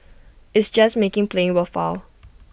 it's just making playing worthwhile